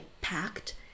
packed